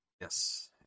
Yes